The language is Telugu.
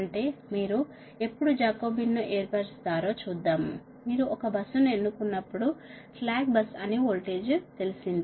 అంటే మీరు ఎప్పుడు జాకోబీన్ ను ఏర్పరుస్తారో చూద్దాం మీరు ఒక బస్సును ఎన్నుకున్నప్పుడు స్లాక్ బస్సు అని వోల్టేజ్ తెలిసింది